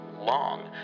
long